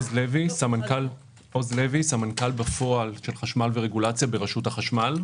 אני סמנכ"ל בפועל של חשמל ורגולציה ברשות החשמל.